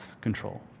control